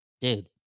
Dude